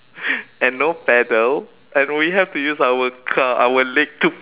and no paddle and we have to use our car our leg to